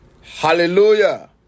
Hallelujah